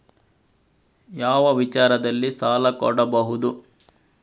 ಯಾವ ವಿಚಾರದಲ್ಲಿ ಸಾಲ ಕೊಡಬಹುದು?